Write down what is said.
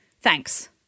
thanks